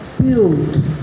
build